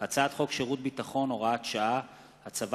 הצעת חוק שירות ביטחון (הוראת שעה) (הצבת